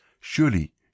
Surely